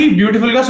beautiful